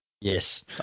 yes